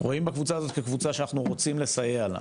רואים בקבוצה הזאת כקבוצה שאנחנו רוצים לסייע לה.